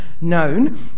known